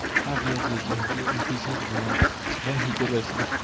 five years later he increases the rent. then he doubles it,